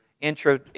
intro